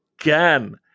again